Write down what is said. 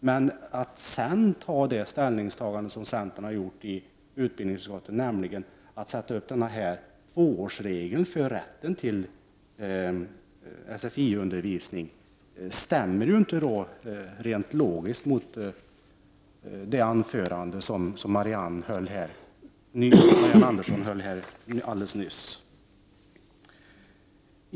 Men att sedan ta den ställning som centern har gjort i utbildningsutskottet, nämligen att sätta upp den här tvåårsregeln för rätten till sfi-undervisning, stämmer inte rent logiskt med det anförande som Marianne Andersson höll.